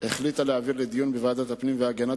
החליטה להעביר לדיון בוועדת הפנים והגנת